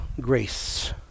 Grace